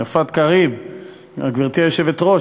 גברתי היושבת-ראש,